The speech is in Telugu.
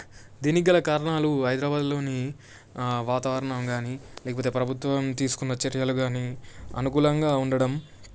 దీనికి గల కారణాలు హైదరాబాదులోని వాతావరణం కానీ లేకపోతే ప్రభుత్వం తీసుకున్న చర్యలు కానీ అనుకూలంగా ఉండటం